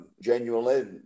genuinely